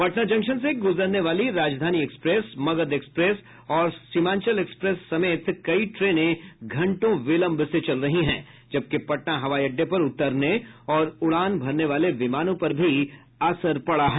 Patna junction से गुजरने वाली राजधानी मगध और सीमांचल एक्सप्रेस समेत कई ट्रेनें घंटों विलंब से चल रही हैं जबकि पटना हवाई अड्डे पर उतरने और उड़ान भरने वाले विमानों पर भी असर पड़ रहा है